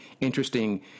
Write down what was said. interesting